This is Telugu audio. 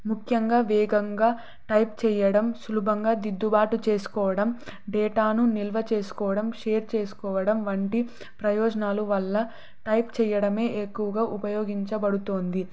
ముఖ్యంగా వేగంగా టైప్ చేయడం సులభంగా దిద్దుబాటు చేసుకోవడం డేటాను నిల్వ చేసుకోవడం షేర్ చేసుకోవడం వంటి ప్రయోజనాలు వల్ల టైప్ చేయడమే ఎక్కువగా ఉపయోగించబడుతోంది